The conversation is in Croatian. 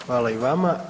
Hvala i vama.